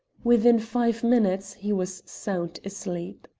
within five minutes he was sound asleep.